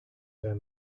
der